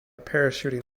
parachuting